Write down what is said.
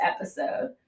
episode